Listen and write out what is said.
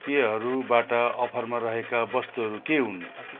पेयहरूबाट अफरमा रहेका वस्तुहरू के हुन्